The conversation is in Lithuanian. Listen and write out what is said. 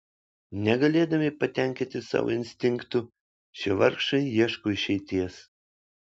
negalėdami patenkinti savo instinktų šie vargšai ieško išeities